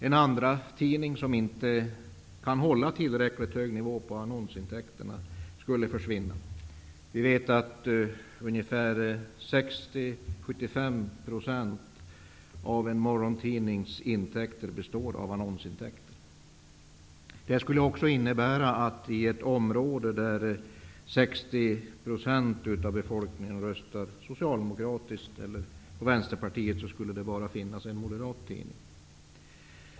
En andratidning som inte kan hålla tillräckligt hög nivå på annonsintäkterna skulle försvinna. Vi vet att 60--75 % av en morgontidnings intäkter består av annonsintäkter. Det här skulle också innebära att i ett område där Socialdemokraterna eller på Vänsterpartiet skulle det bara finnas en moderat tidning.